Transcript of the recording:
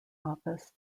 office